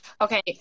Okay